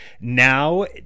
now